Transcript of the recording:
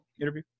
interview